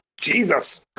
Jesus